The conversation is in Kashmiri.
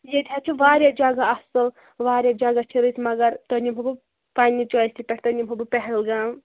ییٚتہِ حظ چھِ واریاہ جگہ اصل واریاہ جگہ چھِ رٕتۍ مگر تُہی نِمہو بہٕ پَننہِ چۄایسہِ پٮ۪ٹھ تُہی نِمہو بہٕ پہلگام